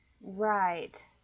right